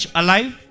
alive